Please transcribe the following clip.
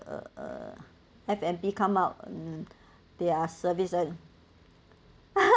uh uh F&B come out and their services [one]